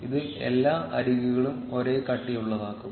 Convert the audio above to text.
ഇത് എല്ലാ അരികുകളും ഒരേ കട്ടിയുള്ളതാക്കും